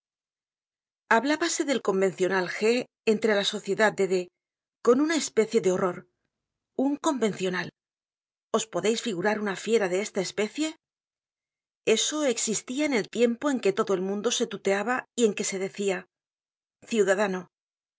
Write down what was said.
hablábase del convencional g entre la sociedad de d con una especie de horror un convencional os podeis figurar una fier a de esta especie eso existia en el tiempo en que todo el mundo se tuteaba y en quesedecia ciudadano